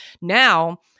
Now